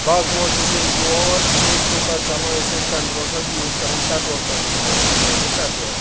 باغ موٹرَس ییٚلہِ ترٛوو حظ سُہ اوس توٚتاں چَلان أسۍ ٲسۍ تَمہِ بروںٛٹھ حظ یوٗز کَران پٮ۪ٹرول پَمپُک مو یہِ حظ یہِ پٮ۪ٹرول